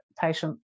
patient